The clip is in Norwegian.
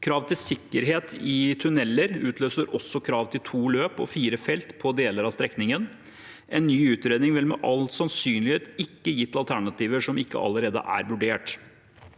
Krav til sikkerhet i tuneller utløser også krav til to løp og fire felt på deler av strekningen. En ny utredning ville med all sannsynlighet ikke gitt alternativer som ikke allerede er vurdert.